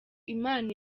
imana